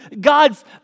God's